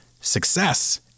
Success